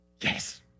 Yes